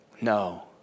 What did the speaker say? No